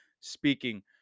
speaking